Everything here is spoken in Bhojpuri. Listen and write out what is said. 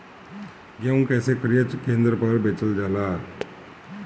गेहू कैसे क्रय केन्द्र पर बेचल जाला?